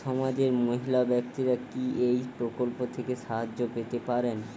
সমাজের মহিলা ব্যাক্তিরা কি এই প্রকল্প থেকে সাহায্য পেতে পারেন?